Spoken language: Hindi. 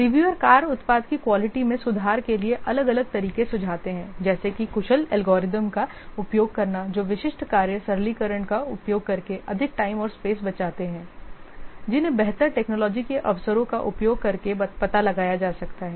रिव्यूअर कार्य उत्पाद की क्वालिटी में सुधार के लिए अलग अलग तरीके सुझाते हैं जैसे कि कुशल एल्गोरिदम का उपयोग करना जो विशिष्ट कार्य सरलीकरण का उपयोग करके अधिक टाइम और स्पेस बचाते हैं जिन्हें बेहतर टेक्नोलॉजी के अवसरों का उपयोग करके पता लगाया जा सकता है